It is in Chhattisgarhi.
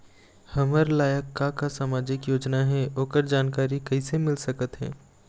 हमर लायक का का सामाजिक योजना हे, ओकर जानकारी कइसे मील सकत हे?